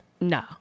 No